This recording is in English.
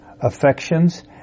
affections